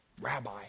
Rabbi